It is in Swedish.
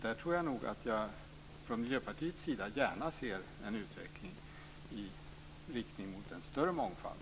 Där tror jag att vi i Miljöpartiet gärna ser en utveckling i riktning mot en större mångfald.